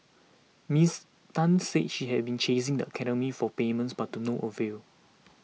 Miss Tan said she had been chasing the academy for payments but to no avail